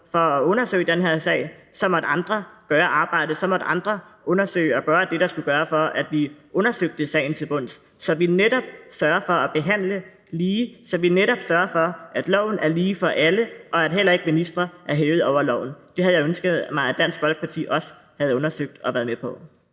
for at undersøge den her sag, og så måtte andre gøre arbejdet. Så måtte andre undersøge og gøre det, der skulle gøres, for at vi undersøgte sagen til bunds, så vi netop sørger for at behandle alle lige, så vi netop sørger for, at loven er lige for alle, og at heller ikke ministre er hævet over loven. Det havde jeg ønsket mig at Dansk Folkeparti også havde undersøgt og været med på.